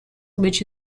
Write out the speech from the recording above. which